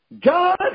God